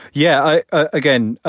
yeah, again,